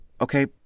Okay